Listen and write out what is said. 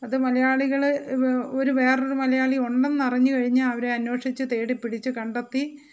അത് മലയാളികൾ വേ ഒരു വേറൊരു മലയാളി ഉണ്ട് എന്ന് അറിഞ്ഞുകഴിഞ്ഞാൽ അവരെ അന്വേഷിച്ച് തേടിപ്പിടിച്ച് കണ്ടെത്തി